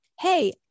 Hey